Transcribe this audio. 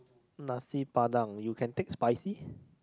Nasi-Padang you can take spicy